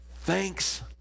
Thanks